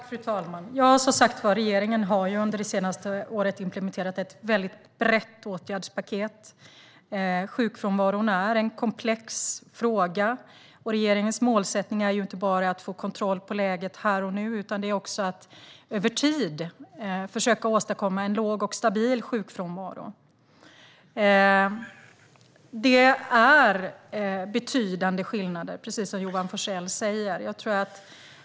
Fru talman! Regeringen har som sagt implementerat ett brett åtgärdspaket under det senaste året. Sjukfrånvaron är en komplex fråga. Regeringens målsättning är inte bara att få kontroll på läget här och nu utan också att över tid försöka åstadkomma en låg och stabil sjukfrånvaro. Det finns betydande skillnader, precis som Johan Forssell säger.